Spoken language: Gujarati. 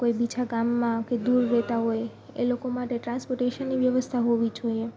કોઈ બીજા ગામમાં કે દૂર રહેતા હોય એ લોકો માટે ટ્રાન્સપોર્ટેશનની વ્યવસ્થા હોવી જોઈએ